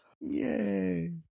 Yay